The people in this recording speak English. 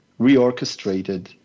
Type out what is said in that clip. reorchestrated